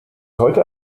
heute